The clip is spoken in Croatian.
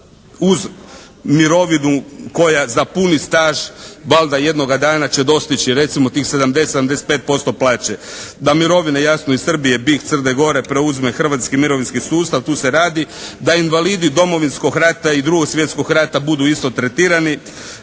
uz mirovinu koja za puni staž valjda jednoga dana će dostići recimo tih 70, 75% plaće? Da mirovine jasno iz Srbije, BiH, Crne Gore preuzme Hrvatski mirovinski sustav. Tu se radi. Da invalidi Domovinskog rada i Drugog svjetskog rata budu isto tretirani.